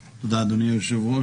תודה, אדוני היושב-ראש.